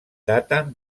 daten